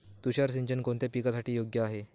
तुषार सिंचन कोणत्या पिकासाठी योग्य आहे?